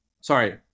sorry